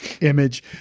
image